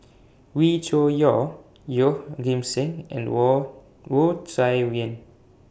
Wee Cho Yaw Yeoh Ghim Seng and Wu Wu Tsai Yen